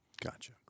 Gotcha